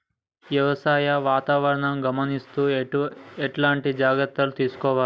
వ్యవసాయ వాతావరణాన్ని గమనిస్తూ ఎట్లాంటి జాగ్రత్తలు తీసుకోవాలే?